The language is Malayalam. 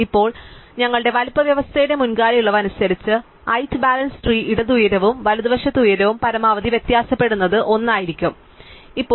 ഇപ്പോൾ ഞങ്ങളുടെ വലുപ്പ വ്യവസ്ഥയുടെ മുൻകാല ഇളവ് അനുസരിച്ച് ഹൈറ്റ് ബാലൻസ് ട്രീ ഇടത് ഉയരവും വലതുവശത്തെ ഉയരവും പരമാവധി വ്യത്യാസപ്പെടുന്ന ഒന്നായിരിക്കും 1